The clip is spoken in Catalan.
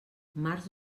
març